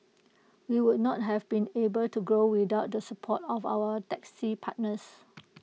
we would not have been able to grow without the support of our taxi partners